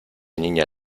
niña